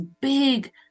big